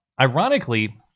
ironically